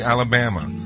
Alabama